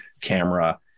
camera